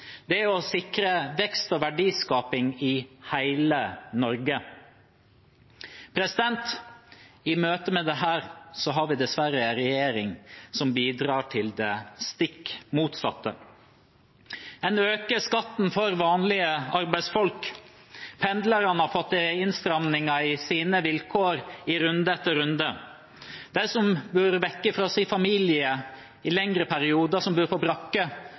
er å sikre vekst og verdiskaping i hele Norge. I møte med dette har vi dessverre en regjering som bidrar til det stikk motsatte. En øker skatten for vanlige arbeidsfolk, pendlerne har fått innstramminger i sine vilkår i runde etter runde. De som bor borte fra sin familie i lengre perioder, og som bor på